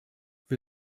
wir